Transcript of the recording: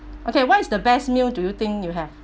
okay what is the best meal do you think you have